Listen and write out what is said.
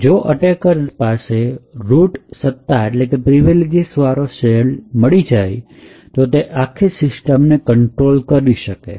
જો attacker root સત્તા વાળો સેલ મેળવી લે તો તે આખી સિસ્ટમ કન્ટ્રોલ કરી શકે છે